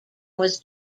was